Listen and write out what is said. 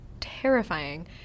terrifying